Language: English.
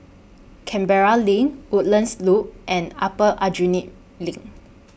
Canberra LINK Woodlands Loop and Upper Aljunied LINK